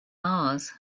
mars